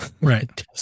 right